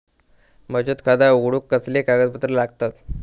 बचत खाता उघडूक कसले कागदपत्र लागतत?